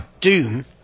Doom